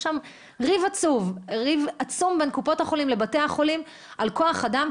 ריב עצום בין קופות החולים לבתי החולים על כוח אדם,